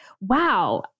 wow